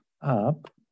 Up